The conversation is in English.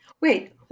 Wait